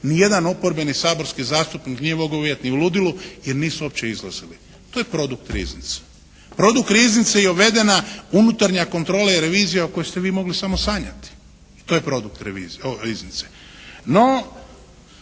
ni jedan oporbeni saborski zastupnik nije mogao vidjeti ni u ludilu jer nisu uopće izlazili. To je produkt riznice. Produkt riznice je uvedena unutarnja kontrola i revizija o kojoj ste vi mogli samo sanjati. I to je produkt ove riznice.